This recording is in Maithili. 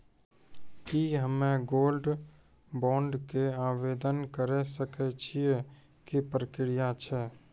की हम्मय गोल्ड बॉन्ड के आवदेन करे सकय छियै, की प्रक्रिया छै?